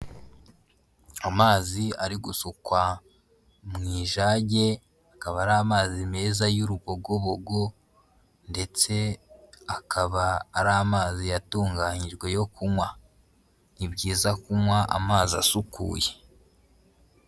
Amazi ari gusukwa mu ijage, akaba ari amazi meza y'urubogobogo ndetse akaba ari amazi yatunganyijwe yo kunywa, ni byiza kunywa amazi asukuye.